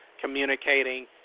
communicating